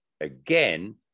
again